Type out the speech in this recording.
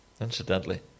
Incidentally